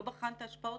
לא בחן את ההשפעות,